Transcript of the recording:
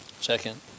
Second